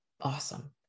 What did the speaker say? awesome